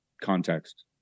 context